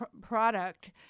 product